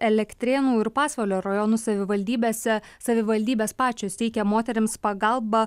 elektrėnų ir pasvalio rajonų savivaldybėse savivaldybės pačios teikia moterims pagalbą